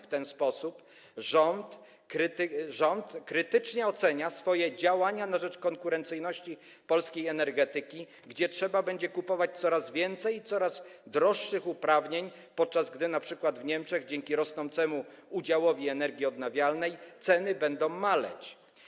W ten sposób rząd krytycznie ocenia swoje działania na rzecz konkurencyjności polskiej energetyki, jako że trzeba będzie kupować coraz więcej coraz droższych uprawnień, podczas gdy np. w Niemczech dzięki rosnącemu udziałowi energii odnawialnej ceny będą maleć.